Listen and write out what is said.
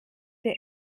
der